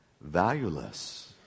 valueless